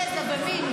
גזע ומין,